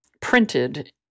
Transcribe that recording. printed